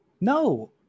No